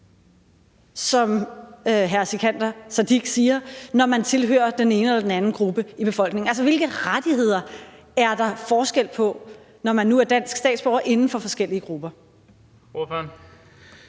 som hr. Sikandar Siddique siger – når man tilhører den ene eller den anden gruppe i befolkningen. Altså, hvilke rettigheder er der forskel på, når man nu er dansk statsborger, inden for forskellige grupper? Kl.